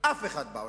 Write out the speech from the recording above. אף אחד בעולם,